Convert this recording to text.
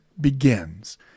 begins